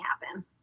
happen